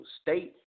state